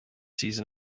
season